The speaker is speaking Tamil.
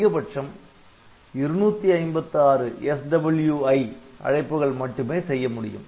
அதிகபட்சம் 256 SWI அழைப்புகள் மட்டுமே செய்ய முடியும்